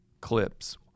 clips